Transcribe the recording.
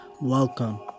Welcome